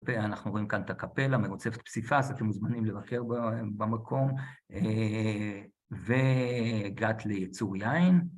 אנחנו רואים כאן את הקפלה, מעוצבת פסיפס, אתם מוזמנים לבקר במקום וגת ליצור יין